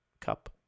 cup